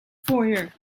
foyer